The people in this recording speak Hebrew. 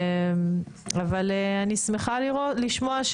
אבל אני שמחה לשמוע,